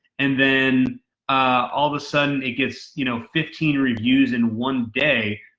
and then all of a sudden it gets you know fifteen reviews in one day,